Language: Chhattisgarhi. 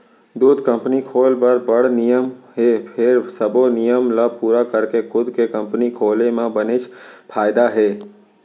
दूद कंपनी खोल बर बड़ नियम हे फेर सबो नियम ल पूरा करके खुद के कंपनी खोले म बनेच फायदा हे